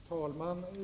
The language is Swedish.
Herr talman!